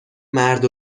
مرد